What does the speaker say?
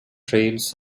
trails